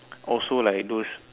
also like those